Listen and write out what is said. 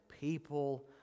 people